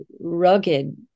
rugged